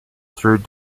through